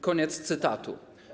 Koniec cytatu.